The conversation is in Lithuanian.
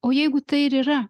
o jeigu tai ir yra